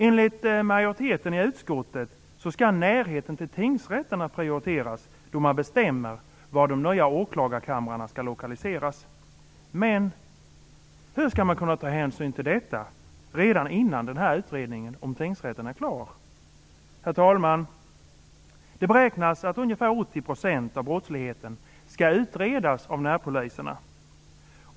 Enligt majoriteten i utskottet skall närheten till tingsrätterna prioriteras då man bestämmer vart de nya åklagarkamrarna skall lokaliseras. Men hur skall man kunna ta hänsyn till detta redan innan denna utredning om tingsrätterna är klar? Herr talman! Det beräknas att ungefär 80 % av brottsligheten skall utredas av närpoliserna.